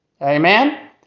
Amen